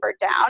down